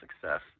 Success